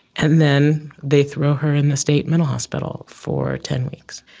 and then they throw her in the state mental hospital for ten weeks.